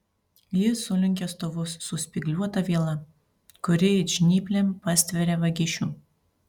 ji sulenkia stovus su spygliuota viela kuri it žnyplėm pastveria vagišių